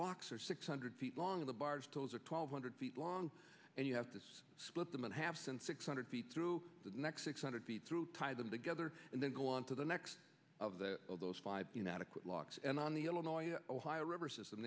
locks are six hundred feet long the barge toes are twelve hundred feet long and you have to split them and have sent six hundred feet through the next six hundred feet through tie them together and then go on to the next of the of those five adequate locks and on the illinois ohio river system